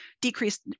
decreased